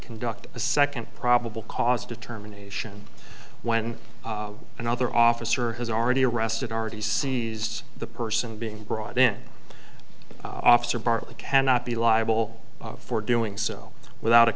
conduct a second probable cause determination when another officer has already arrested already sees the person being brought in officer bartlett cannot be liable for doing so without a